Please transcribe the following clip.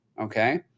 okay